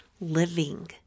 living